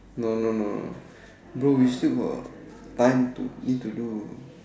no no no bro we still got time to need to do